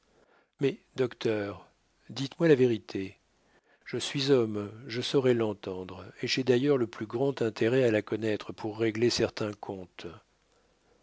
mais docteur dites-moi la vérité je suis homme je saurai l'entendre et j'ai d'ailleurs le plus grand intérêt à la connaître pour régler certains comptes